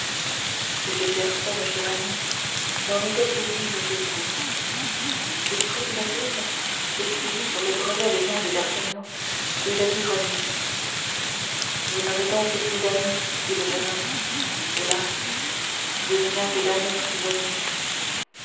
c'est que personne cher ami n'en était plus digne que vous il prit une plume écrivit sur le brevet le nom de d'artagnan et le lui remit je n'aurai donc plus d'amis dit le jeune homme hélas plus rien que d'amers souvenirs